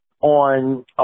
on